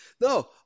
No